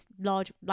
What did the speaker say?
large